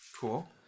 cool